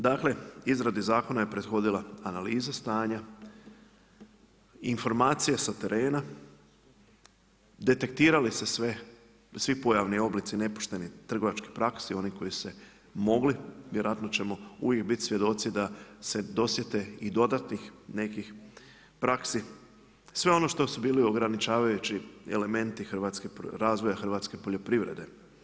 Dakle izradi zakona je prethodila analiza stanja, informacije sa terena, detektirali se svi pojavni oblici nepoštenih trgovačkih praksi oni koji su se mogli vjerojatno ćemo uvijek biti svjedoci da se dosjete i dodatnih nekih praksi, sve ono što su bili ograničavajući elementi razvoja hrvatske poljoprivrede.